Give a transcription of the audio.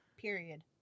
Period